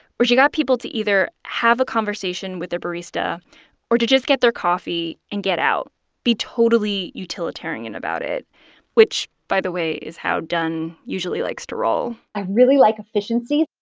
where she got people to either have a conversation with a barista or to just get their coffee and get out be totally utilitarian about it which, by the way, is how dunn usually likes to roll i really like efficiency oh,